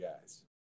guys